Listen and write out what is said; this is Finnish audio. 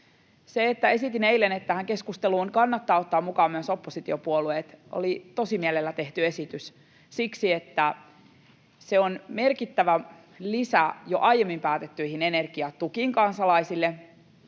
esitin eilen, että tähän keskusteluun kannattaa ottaa mukaan myös oppositiopuolueet, oli tosimielellä tehty esitys siksi, että se on merkittävä lisä jo aiemmin päätettyihin energiatukiin kansalaisille